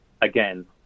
again